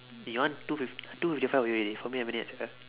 you want two fif~ two fifty five for you already for me haven't yet sia